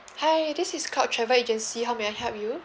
hi this is coach travel agency how may I help you